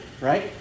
right